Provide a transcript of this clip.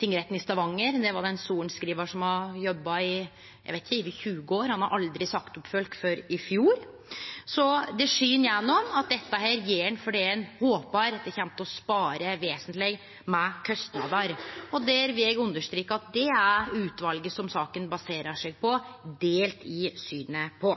tingretten i Stavanger. Der var det ein sorenskrivar som hadde jobba i over 20 år, og han hadde aldri sagt opp folk før i fjor. Så det skin gjennom at dette gjer ein fordi ein håpar at det kjem til å spare vesentleg med kostnadar. Der vil eg understreke at utvalet som saka baserer seg på, er delt i synet på